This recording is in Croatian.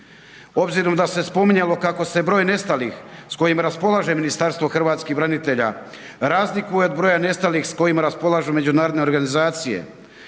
Obzirom da se spominjalo kako se broj nestalih s kojim raspolaže Ministarstvo hrvatskih branitelja razlikuje od broja nestalih s kojima raspolažu međunarodne organizacije